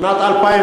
בשנת 2003